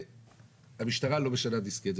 שהמשטרה לא משנה דיסקט.